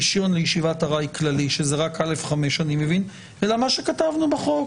רישיון לישיבת ארעי כללי שזה רק א/5 אלא מה שכתבנו בחוק,